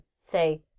say